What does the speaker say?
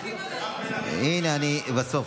הינה, אני בסוף.